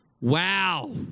Wow